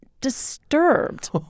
disturbed